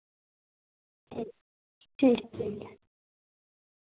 ठीक ऐ ठीक ऐ